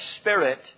spirit